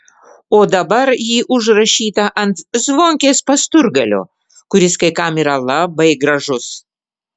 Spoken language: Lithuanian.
o dabar ji užrašyta ant zvonkės pasturgalio kuris kai kam yra labai gražus